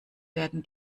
werden